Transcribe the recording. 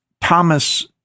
Thomas